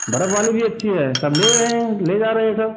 बर्फ़ वाली भी अच्छी है सब ले रहे हैं ले जा रहे हैं सब